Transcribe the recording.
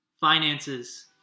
Finances